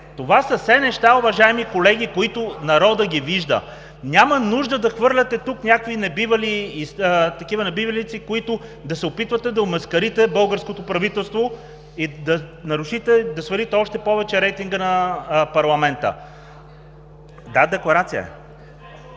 Това са все неща, уважаеми колеги, които народът вижда. Няма нужда да хвърляте тук такива небивалици, с които да се опитвате да омаскарите българското правителство и да свалите още повече рейтинга на парламента. (Реплики.)